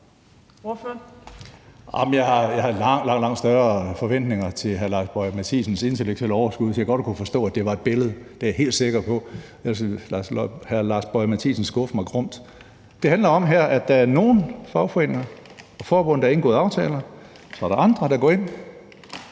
Jeg har langt, langt større forventninger til hr. Lars Boje Mathiesens intellektuelle overskud og til, at han godt kunne forstå, at det var et billede. Det er jeg helt sikker på, ellers ville hr. Lars Boje Mathiesen skuffe mig grumt. Det handler om, at der er nogle fagforeninger og fagforbund, der har indgået aftaler, og så er der andre, der går ind